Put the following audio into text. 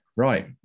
Right